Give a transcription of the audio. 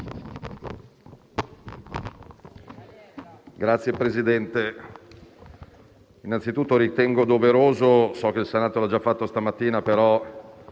Signor Presidente, innanzitutto ritengo doveroso - so che il Senato l'ha già fatto stamattina, penso